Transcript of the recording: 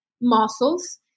muscles